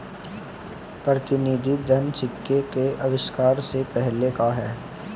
प्रतिनिधि धन सिक्के के आविष्कार से पहले का है